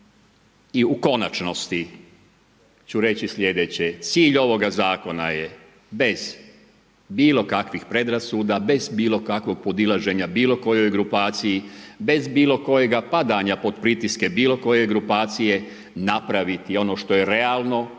I u konačnosti ću reći slijedeće, cilj ovoga Zakona je bez bilo kakvih predrasuda, bez bilo kakvog podilaženja bilo kojoj grupaciji, bez bilo kojega padanja pod pritiske bilo koje grupacije napraviti ono što je realno,